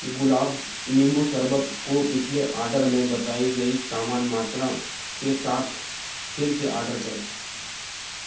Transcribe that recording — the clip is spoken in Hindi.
ग़ुलाबज़ नींबू शरबत को पिछले ऑर्डर में बताई गई समान मात्रा के साथ फ़िर से ऑर्डर करें